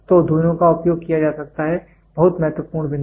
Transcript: तो दोनों का उपयोग किया जा सकता है बहुत महत्वपूर्ण बिंदु